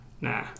Nah